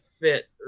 fit